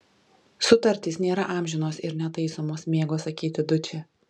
sutartys nėra amžinos ir netaisomos mėgo sakyti dučė